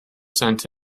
sent